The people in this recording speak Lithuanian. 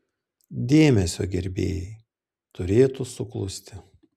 dėmesio gerbėjai turėtų suklusti